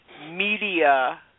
Media